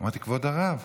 אמרתי: כבוד הרב,